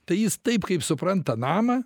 tai jis taip kaip supranta namą